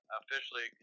officially